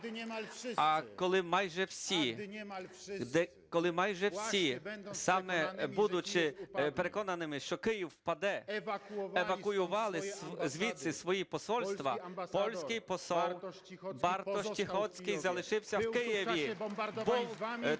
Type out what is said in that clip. А коли майже всі, саме будучи переконаними, що Київ впаде, евакуювали звідси свої посольства, польський посол Бартош Ціхоцький залишився в Києві,